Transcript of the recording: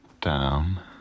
down